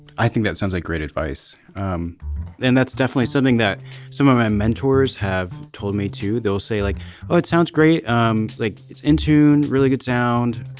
i think that sounds like great advice um and that's definitely something that some of my mentors have told me too. they'll say like oh it sounds great. um like it's in tune really good sound.